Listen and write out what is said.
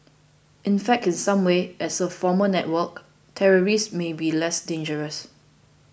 in fact in some ways as a formal network terrorists may be less dangerous